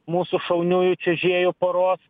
mūsų šauniųjų čiuožėjų poros